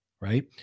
right